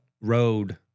road